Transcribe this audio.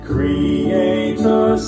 Creator